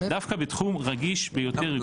דווקא בתחום רגיש ביותר.